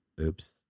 oops